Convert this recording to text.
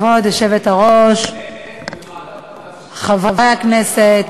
כבוד היושבת-ראש, חברי הכנסת,